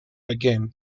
again